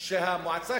המועצה,